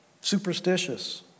superstitious